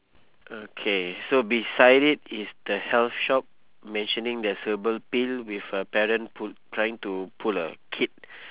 okay so beside it is the health shop mentioning there's herbal pill with a parent pull trying to pull a kid